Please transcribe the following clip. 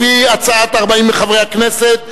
לפי הצעת 40 מחברי הכנסת,